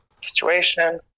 situation